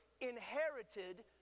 inherited